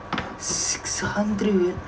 six hundred